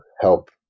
help